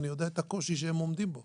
אני יודע את הקושי שהם עומדים בו